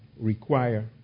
require